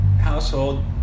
Household